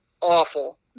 awful